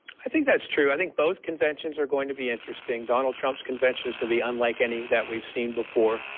i think that's true. i think both conventions are going to b interesting. donald trump's convention is going to be unlike any that we've seen before,